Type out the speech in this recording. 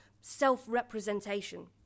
self-representation